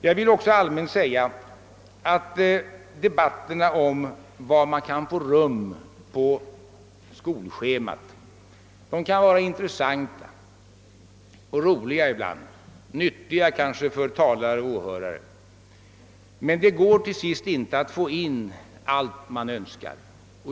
Jag vill också allmänt säga att debatterna om vad som kan få rum på skolschemat kan vara intressanta och ibland roliga, kanske nyttiga för talare och åhörare, men det går till sist inte att få in allt man önskar.